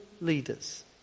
leaders